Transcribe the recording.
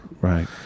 right